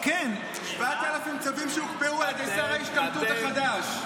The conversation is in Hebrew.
7,000 צווים שהוקפאו על ידי שר ההשתמטות החדש.